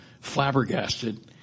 flabbergasted